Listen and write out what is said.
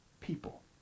people